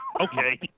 Okay